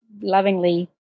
lovingly